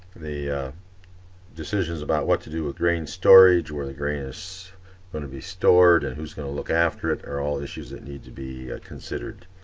the decisions about what to do with grain storage, where the grain is going to be stored, and who's going to look after it, are all issues that need to be considered.